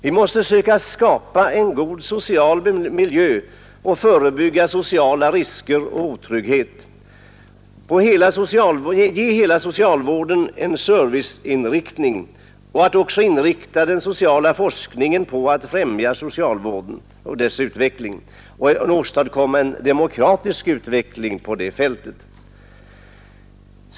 Vi måste söka skapa en god social miljö och förebygga sociala risker och otrygghet. Vi måste ge hela socialvården en serviceinriktning och vi skall även inrikta den sociala forskningen på att främja socialvården och åstadkomma en demokratisk utveckling på det fältet.